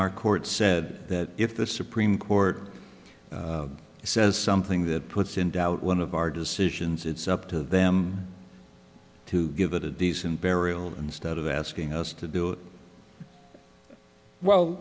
our court said that if the supreme court says something that puts in doubt one of our decisions it's up to them to give it a decent burial instead of asking us to do it well